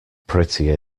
pretty